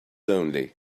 only